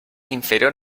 inferior